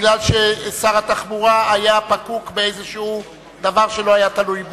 כי שר התחבורה היה פקוק בדבר שלא היה תלוי בו,